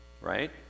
Right